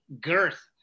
girth